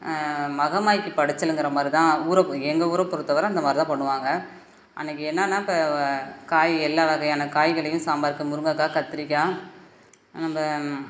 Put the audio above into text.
மகமாயிக்கு படைச்சலுங்கிற மாதிரி தான் ஊரை எங்கள் ஊரை பொறுத்த வரை அந்த மாதிரி தான் பண்ணுவாங்க அன்றைக்கி என்னானால் பா காய் எல்லா வகையான காய்களையும் சாம்பாருக்கு முருங்கக்காய் கத்திரிக்காய் நம்ப